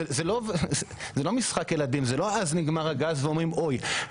זה לא משחק ילדים, זה לא שנגמר הגז ואומרים אוי.